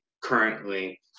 currently